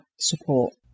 support